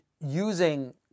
using